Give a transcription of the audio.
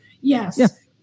Yes